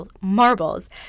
marbles